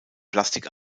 plastik